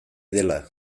dela